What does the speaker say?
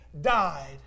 died